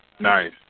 Nice